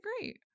great